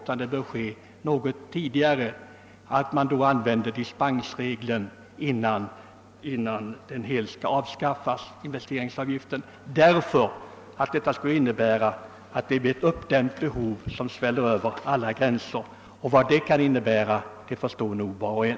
Man bör börja med att använda dispensregeln innan investeringsavgiften helt skall avskaffas. Ty vi kommer annars då att få ett uppdämt behov som spränger alla gränser, och vad det kan innebära förstår nog var och en.